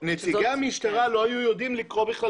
נציגי המשטרה לא היו יודעים לקרוא בכלל